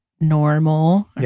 normal